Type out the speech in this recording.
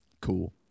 Cool